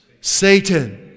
Satan